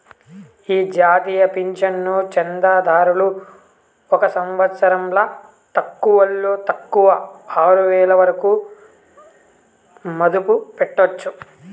ఈ జాతీయ పింఛను చందాదారులు ఒక సంవత్సరంల తక్కువలో తక్కువ ఆరువేల వరకు మదుపు పెట్టొచ్చు